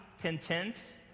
content